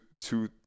two